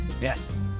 Yes